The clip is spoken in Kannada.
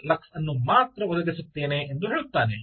1 ಲಕ್ಸ್ ಅನ್ನು ಮಾತ್ರ ಒದಗಿಸುತ್ತೇನೆ ಎಂದು ಹೇಳುತ್ತಾನೆ